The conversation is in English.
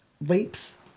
rapes